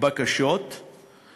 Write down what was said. מהן 43 של